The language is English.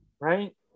Right